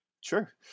Sure